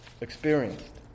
experienced